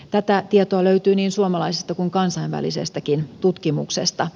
tätä tietoa löytyy niin suomalaisesta kuin kansainvälisestäkin tutkimuksesta